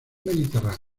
mediterránea